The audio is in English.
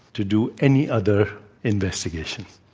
to do any other investigation.